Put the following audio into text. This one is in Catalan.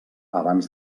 abans